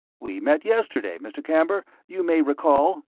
we met yesterday, mr. camber, you may recall.